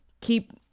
keep